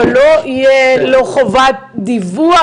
אבל לא יהיה לו חובת דיווח,